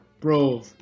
Bro